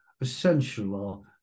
essential